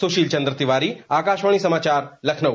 सुशील चन्द्र तिवारी आकाशवाणी समाचार लखनऊ